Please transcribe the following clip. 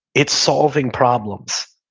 it's solving problems.